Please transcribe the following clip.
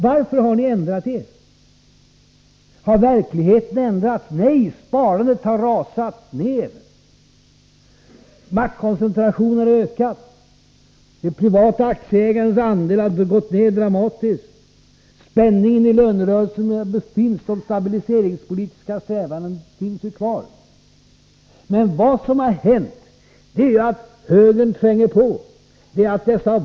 Varför har ni ändrat er? Har verkligheten ändrats? Nej, sparandet har rasat ned. Maktkoncentrationen har ökat. Det privata aktieägandets andel har gått ned dramatiskt. Spänningen i lönerörelsen och de stabiliseringspoli tiska strävandena finns kvar. Vad som har hänt är att högern tränger på.